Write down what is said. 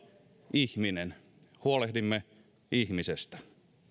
ihminen huolehdimme ihmisestä